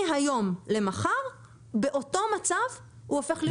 מהיום למחר באותו מצב, הוא הופך להיות פושע.